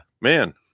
Man